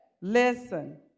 Listen